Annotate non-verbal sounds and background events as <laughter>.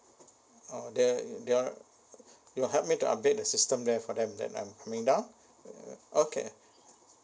oh there there are you help me to update the system there for them that I'm coming down <noise> okay